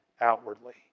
outwardly